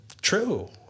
true